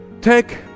take